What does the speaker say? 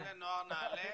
זה דומה לנוער נעל"ה.